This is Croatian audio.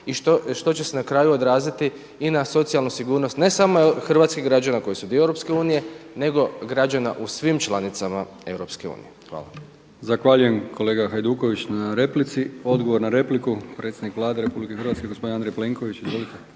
i što će se na kraju odraziti i na socijalnu sigurnost ne samo hrvatskih građana koji su dio EU, nego građana u svim članicama EU. Hvala. **Brkić, Milijan (HDZ)** Zahvaljujem kolega Hajduković na replici. Odgovor na repliku predsjednik Vlade RH gospodin Andrej Planković. Izvolite.